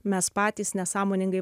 mes patys nesąmoningai